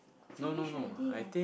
finish already eh